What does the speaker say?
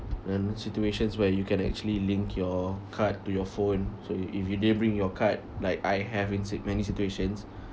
and situations where you can actually link your card to your phone so you if you didn't bring your card like I have in si~ many situations